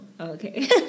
Okay